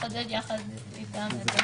נחדד יחד בהמשך.